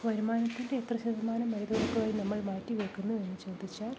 വരുമാനത്തിൻ്റെ എത്ര ശതമാനം മരുന്നുകൾക്കായി നമ്മൾ മാറ്റി വെക്കുന്നു എന്ന് ചോദിച്ചാൽ